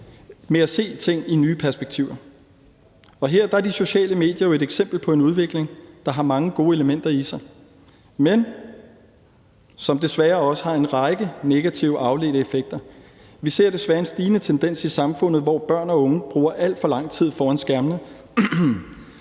med at se ting i nye perspektiver. Her er de sociale medier jo et eksempel på en udvikling, der har mange gode elementer i sig, men som desværre også har en række negative afledte effekter. Vi ser desværre en stigende tendens i samfundet, hvor børn og unge bruger alt for lang tid foran skærmene.